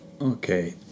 okay